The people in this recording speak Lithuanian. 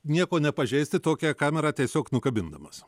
nieko nepažeisti tokią kamerą tiesiog nukabindamas